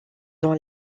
dont